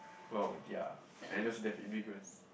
well ya unless there's immigrants